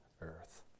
earth